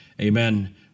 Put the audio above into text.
amen